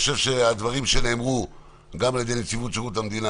הדברים שנאמרו על-ידי נציבות שירות המדינה